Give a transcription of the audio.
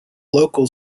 local